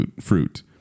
fruit